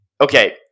okay